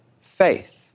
faith